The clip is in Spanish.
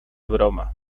broma